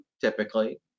typically